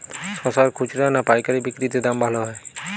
শশার খুচরা না পায়কারী বিক্রি তে দাম ভালো হয়?